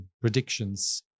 Predictions